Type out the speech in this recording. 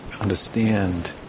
understand